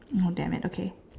oh damn it okay